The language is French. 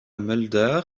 mulder